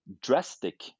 drastic